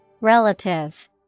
Relative